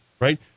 right